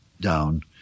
down